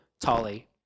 Tali